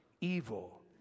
evil